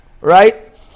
right